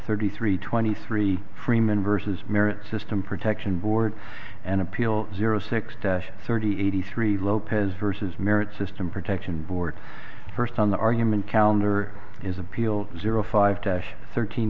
thirty three twenty three freeman versus merit system protection board an appeal zero six dash thirty eighty three lopez versus merit system protection board first on the argument counter is appeal zero five dash thirteen